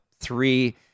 three